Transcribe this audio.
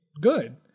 good